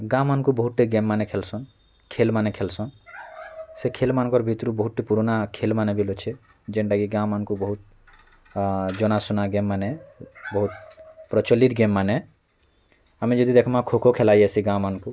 ଗାଁମାନ୍କୁ ବହୁଟେ ଗେମ୍ମାନେ ଖେଲୁସନ୍ ଖେଲ୍ମାନେ ଖେଲ୍ସନ୍ ସେ ଖେଲ୍ମାନ୍ଙ୍କ ଭିତରୁ ବହୁଟେ ପୁରୁଣା ଖେଲ୍ମାନେ ବି ଅଛେ ଯେନ୍ଟା କି ଗାଁମାନ୍କୁ ବହୁତ୍ ଜନାସୁନା ଗେମ୍ମାନେ ବହୁତ୍ ପ୍ରଚଲିତ୍ ଗେମ୍ମାନେ ଆମେ ଯଦି ଦେଖ୍ମା ଖୋ ଖୋ ଖେଲା ଯାଇସି ଗାଁମାନ୍କୁ